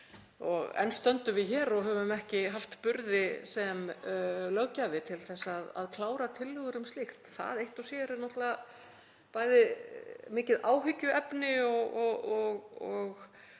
Enn stöndum við hér og höfum ekki haft burði sem löggjafi til að klára tillögur um slíkt. Það eitt og sér er náttúrlega bæði mikið áhyggjuefni og